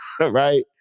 right